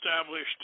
established